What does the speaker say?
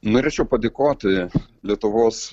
norėčiau padėkoti lietuvos